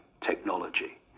technology